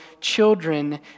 children